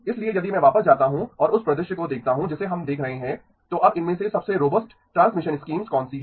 इसलिए यदि मैं वापस जाता हूं और उस परिदृश्य को देखता हूं जिसे हम देख रहे हैं तो अब इनमें से सबसे रोबस्ट ट्रांसमिशन स्कीम्स कौन सी है